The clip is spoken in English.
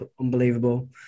unbelievable